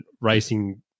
racing